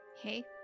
Hey